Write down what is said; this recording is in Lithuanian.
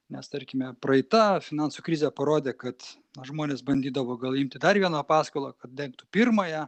nes tarkime praeita finansų krizė parodė kad na žmonės bandydavo gal imti dar vieną paskolą kad dengtų pirmąją